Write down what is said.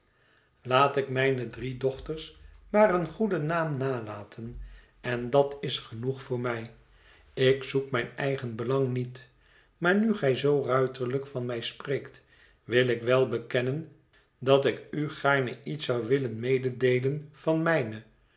laat ik mijne het verlaten huis drie dochters maar een goeden naam nalaten en dat is genoeg voor mij ik zoek mijn eigen belang niet maar nu gij zoo ruiterlijk van mij spreekt wil ik wel bekennen dat ik u gaarne iets zou willen mededeelen van mijne